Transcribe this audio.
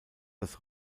das